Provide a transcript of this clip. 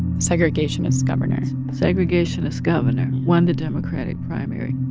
segregationist governor segregationist governor won the democratic primary